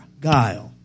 guile